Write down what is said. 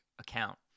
account